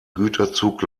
güterzug